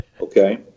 Okay